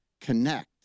connect